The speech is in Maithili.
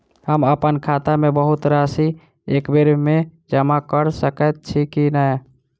हम अप्पन खाता मे बहुत राशि एकबेर मे जमा कऽ सकैत छी की नै?